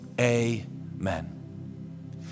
Amen